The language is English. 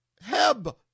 Heb